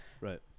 Right